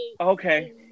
okay